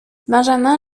benjamin